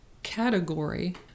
category